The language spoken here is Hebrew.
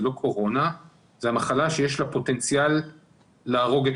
לא קורונה אלא מחלה שיש לה פוטנציאל להרוג את